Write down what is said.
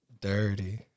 dirty